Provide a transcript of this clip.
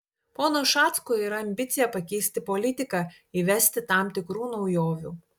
pono ušacko yra ambicija pakeisti politiką įvesti tam tikrų naujovių